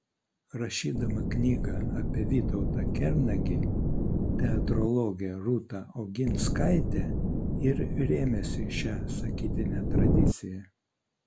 rašydama knygą apie vytautą kernagį teatrologė rūta oginskaitė ir rėmėsi šia sakytine tradicija